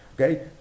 Okay